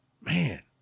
Man